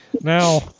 Now